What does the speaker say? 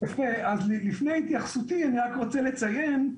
לפני התייחסותי אני רק רוצה לציין,